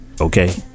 okay